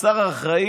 אדוני השר,